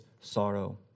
sorrow